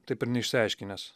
taip ir neišsiaiškinęs